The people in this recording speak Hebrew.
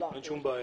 אין שום בעיה.